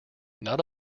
not